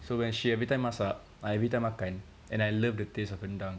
so when she everytime masak I everytime makan and I love the taste of rendang